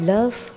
Love